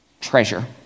treasure